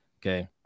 okay